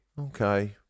okay